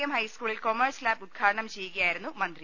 M ഹൈസ്കൂളിൽ commerce lab ഉദ്ഘാടനം ചെയ്യുകയായിരുന്നു മന്ത്രി